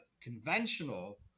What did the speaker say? conventional